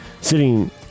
sitting